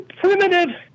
primitive